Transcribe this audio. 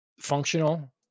functional